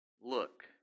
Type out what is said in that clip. Look